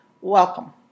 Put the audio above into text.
Welcome